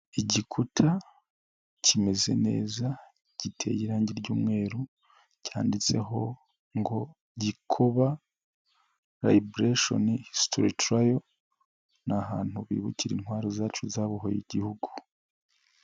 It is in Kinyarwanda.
Igikuta kimeze neza, giteye irangi ry'umweru, cyanditseho ngo Gikoba Libration History Trail n' ahantu bibukira intwari zacu, zabohoye igihugu.